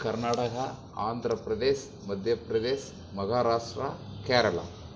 Karnataka Andhra Pradesh Madhya Pradesh Maharashtra Kerala